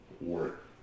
work